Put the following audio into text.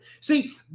See